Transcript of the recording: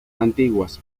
antiguas